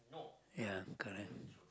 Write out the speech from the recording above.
ya correct